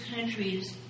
countries